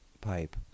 pipe